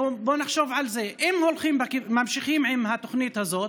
בואו נחשוב על זה שאם ממשיכים עם התוכנית הזאת,